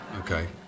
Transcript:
Okay